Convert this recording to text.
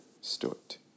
Stewart